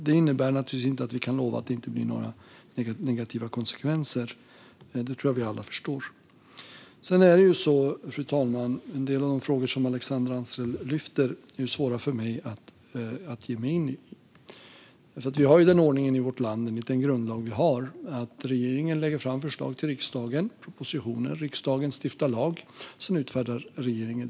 Detta innebär naturligtvis inte att vi kan lova att det inte blir några negativa konsekvenser; det tror jag att vi alla förstår. En del av de frågor som Alexandra Anstrell lyfter är, fru talman, svåra för mig att ge mig in i. Vi har den ordningen i vårt land, enligt den grundlag vi har, att regeringen lägger fram förslag, propositioner, för riksdagen. Riksdagen stiftar lag, och lagen utfärdas sedan av regeringen.